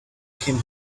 came